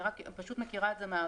אני פשוט מכירה את זה מהעבר,